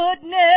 goodness